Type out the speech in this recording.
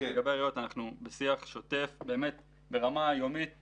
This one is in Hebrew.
אנחנו בשיח שוטף ברמה יומית ושבועית,